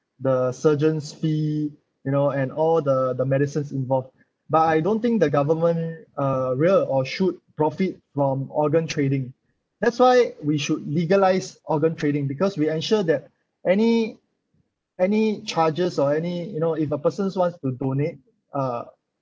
the surgeon's fee you know and all the the medicines involved but I don't think the government uh will or should profit from organ trading that's why we should legalise organ trading because we ensure that any any charges or any you know if a persons wants to donate uh